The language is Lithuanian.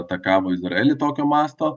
atakavo izraelį tokio masto